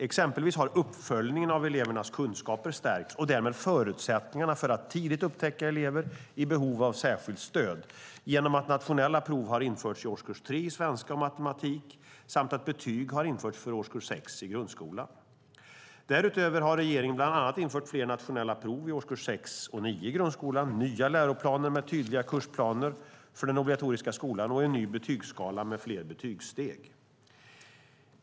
Exempelvis har uppföljningen av elevernas kunskaper stärkts, och därmed förutsättningarna för att tidigt upptäcka elever i behov av särskilt stöd, genom att nationella prov har införts i årskurs 3 i svenska och matematik samt att betyg har införts från årskurs 6 i grundskolan. Därutöver har regeringen bland annat infört fler nationella prov i årskurs 6 och 9 i grundskolan, nya läroplaner med tydliga kursplaner för den obligatoriska skolan och en ny betygsskala med fler betygssteg.